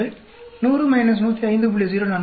100 105